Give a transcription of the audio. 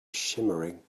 shimmering